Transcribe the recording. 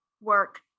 work